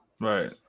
Right